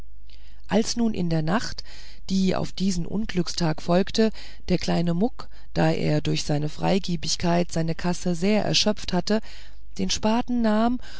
als nun in der nacht die auf diesen unglückstag folgte der kleine muck da er durch seine freigebigkeit seine kasse sehr erschöpft sah den spaten nahm